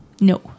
No